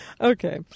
okay